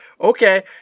Okay